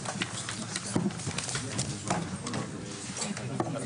09:50.